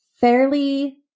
fairly